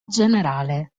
generale